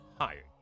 hired